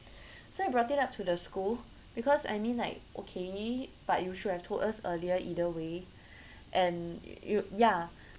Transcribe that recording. so we brought it up to the school because I mean like okay but you should have told us earlier either way and you ya